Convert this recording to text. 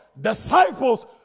disciples